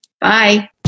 Bye